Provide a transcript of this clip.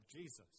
Jesus